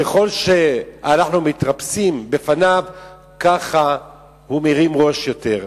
ככל שאנחנו מתרפסים בפניו ככה הוא מרים ראש יותר,